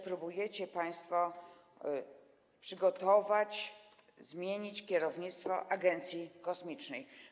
Próbujecie państwo przygotować, zmienić kierownictwo agencji kosmicznej.